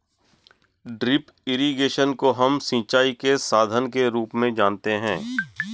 drip irrigation को हम सिंचाई के साधन के रूप में जानते है